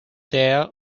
there